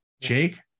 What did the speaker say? Jake